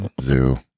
Zoo